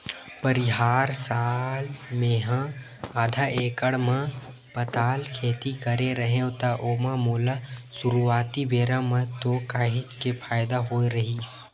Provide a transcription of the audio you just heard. परिहार साल मेहा आधा एकड़ म पताल खेती करे रेहेव त ओमा मोला सुरुवाती बेरा म तो काहेच के फायदा होय रहिस